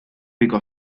pico